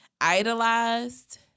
idolized